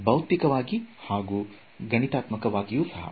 ಭೌತಿಕವಾಗಿ ಹಾಗೂ ಗಣಿತಾತ್ಮಕವಾಗಿಯು ಸಹ